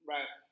Right